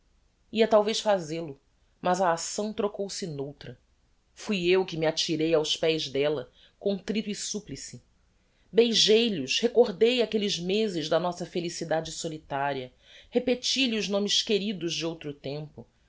ia talvez fazel-o mas a acção trocou se n'outra fui eu que me atirei aos pés della contricto e supplice beijei lhos recordei aquelles mezes da nossa felicidade solitaria repeti-lhe os nomes queridos de outro tempo